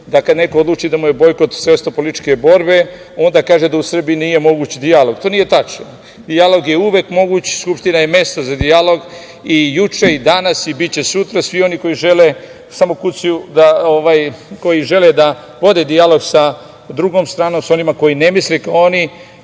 da kada neko odluči da mu je bojkot sredstvo političke borbe onda kaže da u Srbiji nije moguć dijalog. To nije tačno. Dijalog je uvek moguć, Skupština je mesto za dijalog i juče i danas, biće i sutra. Svi oni koji žele da vode dijalog sa drugom stranom, sa onima koji ne misle kao oni,